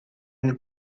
une